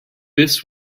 this